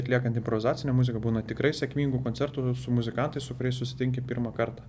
atliekant improvizacinę muziką būna tikrai sėkmingų koncertų su muzikantais su kuriais susitinki pirmą kartą